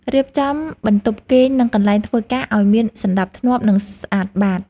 រៀបចំបន្ទប់គេង និងកន្លែងធ្វើការឱ្យមានសណ្ដាប់ធ្នាប់ និងស្អាតបាត។